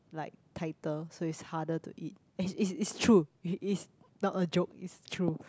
like tighter so it's harder to eat and it's it's true it's not a joke it's true